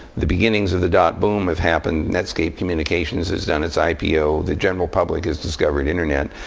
the beginnings of the dot boom have happened, netscape communications has done its ipo, the general public has discovered internet,